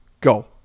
Go